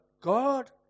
God